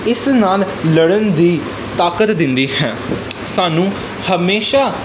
ਇਸ ਨਾਲ ਲੜਨ ਦੀ ਤਾਕਤ ਦਿੰਦੀ ਹੈ ਸਾਨੂੰ ਹਮੇਸ਼ਾ